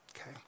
Okay